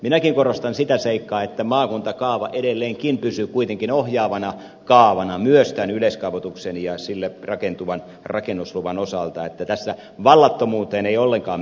minäkin korostan sitä seikkaa että maakuntakaava kuitenkin edelleenkin pysyy ohjaavana kaavana myös tämän yleiskaavoituksen ja sille rakentuvan rakennusluvan osalta että vallattomuuteen tässä ei ollenkaan mennä